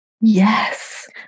Yes